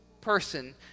person